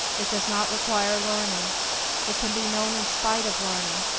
it does not require learning it can be known in spite of learning.